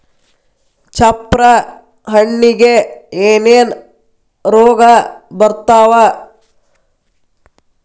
ಚಪ್ರ ಹಣ್ಣಿಗೆ ಏನೇನ್ ರೋಗ ಬರ್ತಾವ?